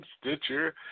Stitcher